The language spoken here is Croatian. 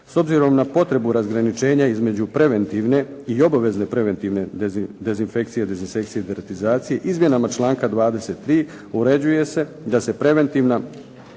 S obzirom na potrebu razgraničenja između preventivne i obavezne preventivne dezinfekcije, dezinsekcije i deratizacije izmjenama članka 23. uređuje se da se preventivna